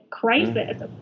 crisis